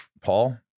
Paul